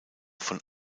von